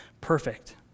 perfect